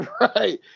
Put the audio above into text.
Right